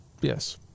Yes